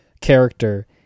character